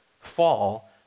fall